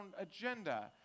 agenda